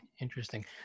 interesting